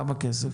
כמה כסף?